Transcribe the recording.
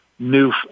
new